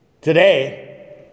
Today